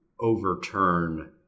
overturn